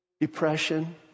Depression